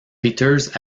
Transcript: peters